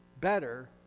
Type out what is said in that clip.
better